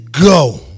go